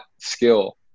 skill